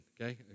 Okay